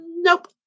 nope